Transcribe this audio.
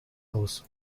aus